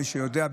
מי שיודע,